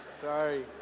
Sorry